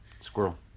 Squirrel